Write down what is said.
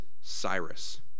Cyrus